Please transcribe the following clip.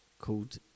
called